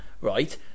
right